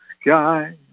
sky